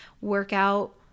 workout